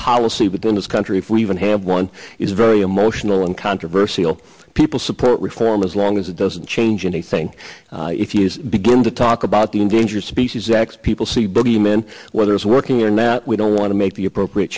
policy but then this country if we even have one is very emotional and controversial people support reform as long as it doesn't change anything if you begin to talk about the endangered species act people see bogeymen whether it's working or not we don't want to make the appropriate